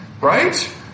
right